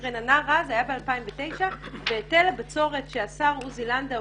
רננה רז היה ב-2009 והיטל הבצורת שהשר עוזי לנדאו